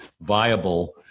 viable